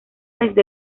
desde